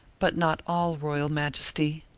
but not all royal majesty.